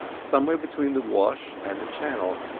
somewhere between the wash and the channel.